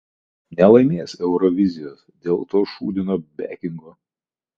nelaimės eurovizijos dėl to šūdino bekingo